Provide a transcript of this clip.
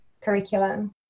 curriculum